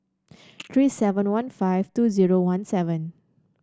three seven one five two zero one seven